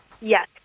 Yes